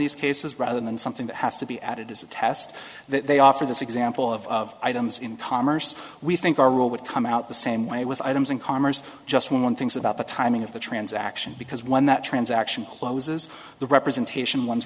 these cases rather than something that has to be added as a test that they offer this example of items in commerce we think our rule would come out the same way with items in commerce just when one thinks about the timing of the transaction because when that transaction closes the representation one